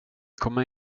komma